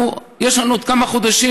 יש לנו עוד כמה חודשים.